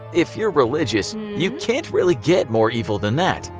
if you're religious, you can't really get more evil than that.